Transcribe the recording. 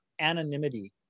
anonymity